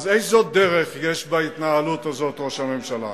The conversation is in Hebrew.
אז איזו דרך יש בהתנהלות הזאת, ראש הממשלה?